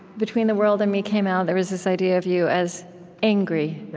between the world and me came out, there was this idea of you as angry.